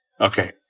Okay